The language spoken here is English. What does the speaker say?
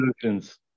solutions